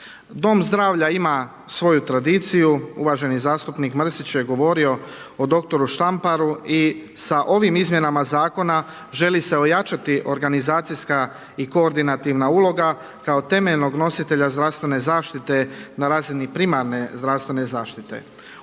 Dom zdravlja ima svoju tradiciju, uvaženi zastupnik Mrsić je govorio o dr. Štamparu i sa ovim izmjenama zakona želi se ojačati organizacijska i koordinativna uloga kao temeljnog nositelja zdravstvene zaštite na razini primarne zdravstvene zaštite.